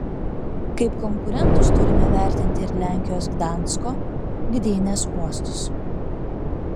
kaip konkurentus turime vertinti ir lenkijos gdansko gdynės uostus